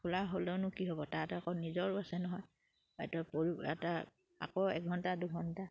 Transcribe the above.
খোলা হ'লেওনো কি হ'ব তাত আকৌ নিজৰ আছে নহয় তাৰোপৰি এটা আকৌ এঘণ্টা দুঘণ্টা